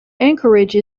anchorage